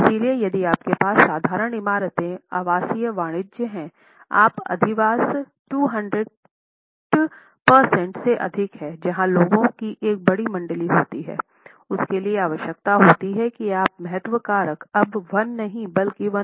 इसलिए यदि आपके पास साधारण इमारतें आवासीय वाणिज्यिक हैं जहां अधिवास 200 प्रतिशत से अधिक है जहां लोगों की एक बड़ी मण्डली होती है उसके लिए आवश्यकता होती है कि आपका महत्व कारक अब 1 नहीं बल्कि 12 है